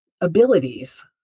abilities